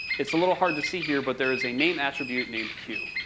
it's a little hard to see here, but there's a name attribute named q.